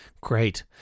Great